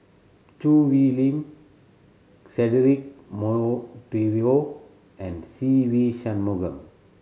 Choo Hwee Lim Cedric Monteiro and Se Ve Shanmugam